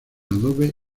adobe